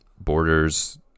Borders